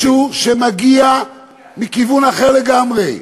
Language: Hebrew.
משהו שמגיע מכיוון אחר לגמרי.